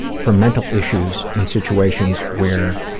for mental issues in situations where